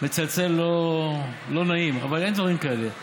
מצלצל לא נעים, אבל אין דברים כאלה.